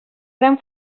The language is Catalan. gran